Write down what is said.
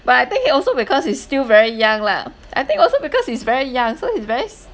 but I think he also because he's still very young lah I think also because he's very young so he's very